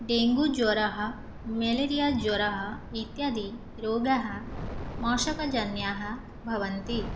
dengue ज्वरः malaria ज्वरः इत्यादि रोगाः मषकजन्याः भवन्ति